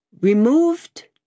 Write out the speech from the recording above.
Removed